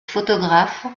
photographe